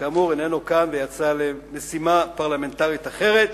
שכאמור איננו כאן ויצא למשימה פרלמנטרית אחרת,